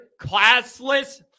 classless